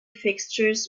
fixtures